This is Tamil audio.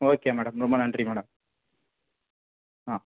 ஓகே மேடம் ரொம்ப நன்றி மேடம் ஆ